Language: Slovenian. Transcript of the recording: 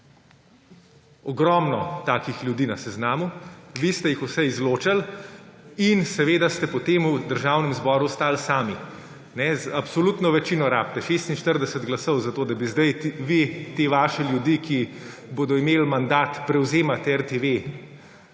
smoogromno takih ljudi na seznamu. Vi ste jih vse izločili in ste potem v Državnem zboru ostali sami. Absolutno večino rabite, 46 glasov, da bi zdaj vi te vaše ljudi, ki bodo imeli mandat prevzemati RTV,